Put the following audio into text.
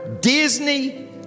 Disney